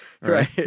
Right